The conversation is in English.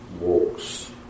walks